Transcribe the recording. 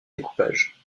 découpage